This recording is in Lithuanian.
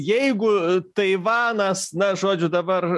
jeigu taivanas na žodžiu dabar